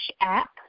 app